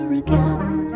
again